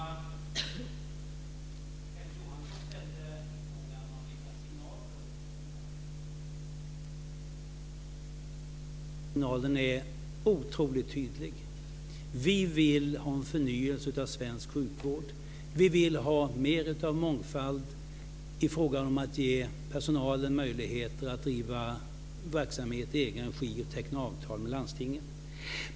Fru talman! Kenneth Johansson ställde frågan vilka signaler propositionen sänder. Jag menar att signalen är otroligt tydlig. Vi vill ha en förnyelse av svensk sjukvård. Vi vill ha mer av mångfald i fråga om att ge personalen möjlighet att driva verksamhet i egen regi och teckna avtal med landstinget.